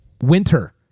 winter